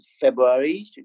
February